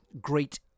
great